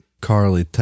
carly